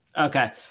Okay